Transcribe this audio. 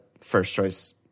first-choice